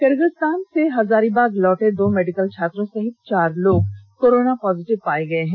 Kyrgyzstan से हजारीबाग लौटे दो मेडिकल छात्रों सहित चार लोग कोरोना पॉजिटिव पाए गए हैं